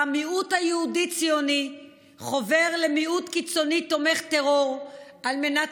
שבה המיעוט היהודי-ציוני חובר למיעוט קיצוני תומך טרור על מנת